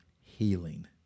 healing